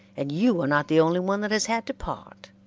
and you are not the only one that has had to part.